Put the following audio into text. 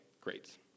great